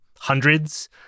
Hundreds